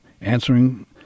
answering